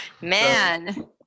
Man